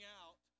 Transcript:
out